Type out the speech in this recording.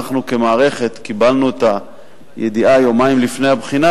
אנחנו במערכת קיבלנו את הידיעה יומיים לפני הבחינה,